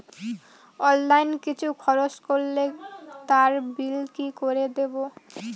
Online কিছু খরচ করলে তার বিল কি করে দেবো?